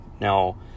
Now